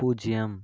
பூஜ்ஜியம்